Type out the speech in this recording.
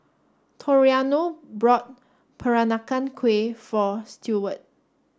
Toriano bought Peranakan Kueh for Stewart